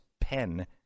pen